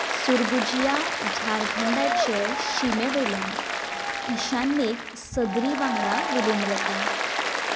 सुरगुजिया झारखंडाचे शिमेवयल्यान ईशान्येक सद्री वांगडा विलीन जाता